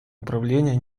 управления